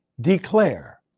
Declare